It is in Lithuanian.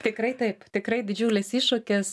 tikrai taip tikrai didžiulis iššūkis